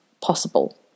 possible